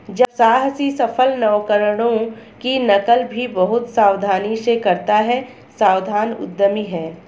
जब साहसी सफल नवकरणों की नकल भी बहुत सावधानी से करता है सावधान उद्यमी है